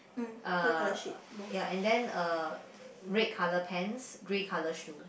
uh ya and then uh red colour pants grey colour shoe